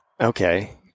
okay